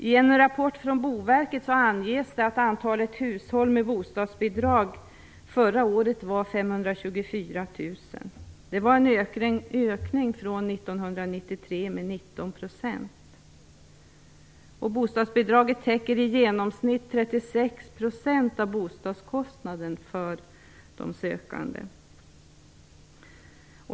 I en rapport från Boverket anges att antalet hushåll med bostadsbidrag förra året var 524 000. Det var en ökning från 1993 med 19 %. Bostadsbidragen täcker i genomsnitt 36 % av bostadskostnaden för de sökande.